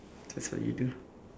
that's what you do